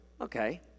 okay